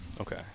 Okay